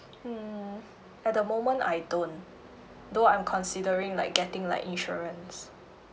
mm at the moment I don't though I'm considering like getting like insurance